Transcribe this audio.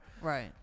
Right